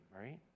right